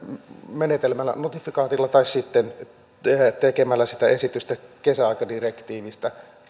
menetelmällä notifikaatilla tai sitten tekemällä esityksen kesäaikadirektiivistä